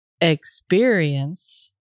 experience